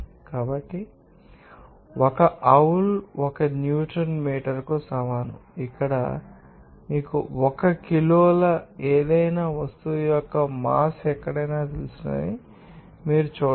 కాబట్టి one joule 1 newton మీటర్కు సమానం ఇక్కడ మీకు 1 కిలోల ఏదైనా వస్తువు యొక్క మాస్ ఎక్కడైనా తెలుసునని మీరు చూడవచ్చు